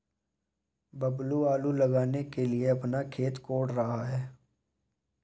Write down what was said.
बबलू आलू लगाने के लिए अपना खेत कोड़ रहा है